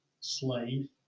slave